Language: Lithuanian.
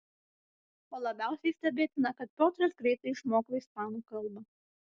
o labiausiai stebėtina kad piotras greitai išmoko ispanų kalbą